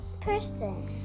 person